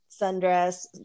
sundress